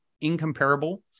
incomparable